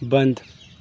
بند